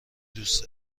دوست